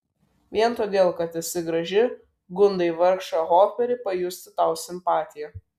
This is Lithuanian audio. vien todėl kad esi graži gundai vargšą hoperį pajusti tau simpatiją